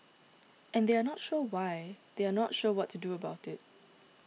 and they are not sure why they are not sure what to do about it